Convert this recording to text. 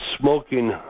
smoking